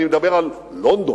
אני מדבר על לונדון,